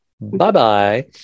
Bye-bye